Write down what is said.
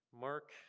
Mark